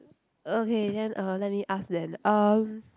okay then uh let me ask then um